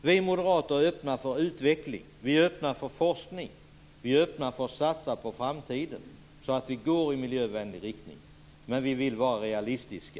Vi moderater är öppna för utveckling, forskning och för att satsa på framtiden så att vi går i en miljövänlig riktning, men vi vill vara realistiska.